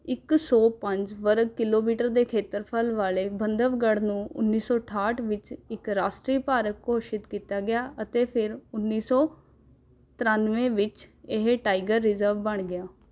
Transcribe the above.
ਇੱਕ ਸੌ ਪੰਜ ਵਰਗ ਕਿਲੋਮੀਟਰ ਦੇ ਖੇਤਰਫਲ ਵਾਲੇ ਬੰਧਵਗੜ੍ਹ ਨੂੰ ਉੱਨ੍ਹੀ ਸੌ ਅਠਾਹਠ ਵਿੱਚ ਇੱਕ ਰਾਸ਼ਟਰੀ ਪਾਰਕ ਘੋਸ਼ਿਤ ਕੀਤਾ ਗਿਆ ਅਤੇ ਫਿਰ ਉੱਨ੍ਹੀ ਸੌ ਤ੍ਰਿਆਨਵੇਂ ਵਿੱਚ ਇਹ ਟਾਈਗਰ ਰਿਜ਼ਰਵ ਬਣ ਗਿਆ